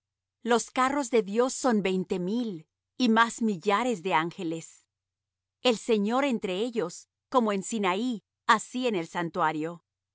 los carros de dios son veinte mil y más millares de ángeles el señor entre ellos como en sinaí así en el santuario